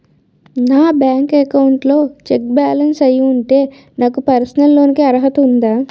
నా bank account లో cheque bounce అయ్యి ఉంటే నాకు పర్సనల్ లోన్ కీ అర్హత ఉందా?